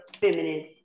feminine